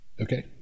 Okay